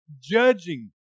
judging